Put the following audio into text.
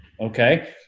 okay